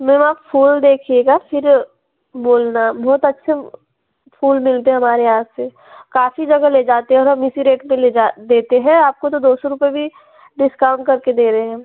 ma'am आप फूल देखिएगा फिर बोलना बहुत अच्छे फूल मिलते हैं हमारे यहाँ से काफ़ी जगह ले जाते हैं और हम इसी रेट पर ले जा देते हैं आपको तो दो सौ रुपये भी डिस्काउंट करके दे रहे हम